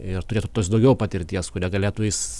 ir turėtų daugiau patirties kuria galėtų jis